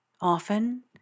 often